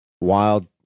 wild